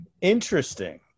interesting